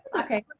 okay.